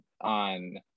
on